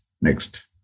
Next